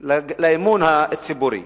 לאמון הציבורי.